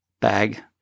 Bag